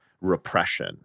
repression